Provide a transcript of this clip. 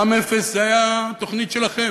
מע"מ אפס היה תוכנית שלכם.